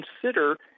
consider